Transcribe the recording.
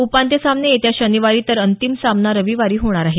उपान्त्य सामने येत्या शनिवारी तर अंतिम सामना रविवारी होणार आहे